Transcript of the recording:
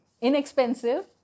inexpensive